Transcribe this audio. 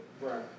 right